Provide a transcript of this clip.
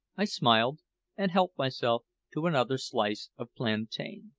i smiled and helped myself to another slice of plantain.